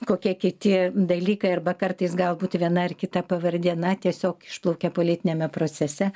kokie kiti dalykai arba kartais galbūt viena ar kita pavardė na tiesiog išplaukia politiniame procese